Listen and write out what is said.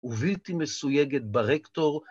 ‫ובלתי מסויגת ברקטור.